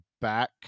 back